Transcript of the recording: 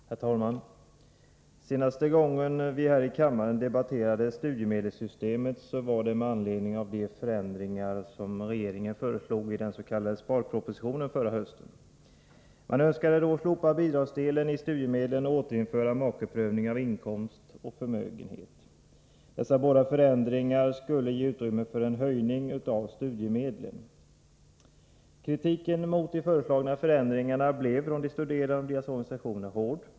Herr talman! Senaste gången vi här i kammaren debatterade studiemedelssystemet, så var det med anledning av de förändringar som regeringen föreslog i den s.k. sparpropositionen förra hösten. Man önskade då slopa bidragsdelen i studiemedlen och återinföra makeprövningen av inkomst och förmögenhet. Dessa båda förändringar skulle ge utrymme för en höjning av studiemedlen. Kritiken mot de föreslagna förändringarna blev hård från de studerande och deras organisationer.